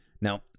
Now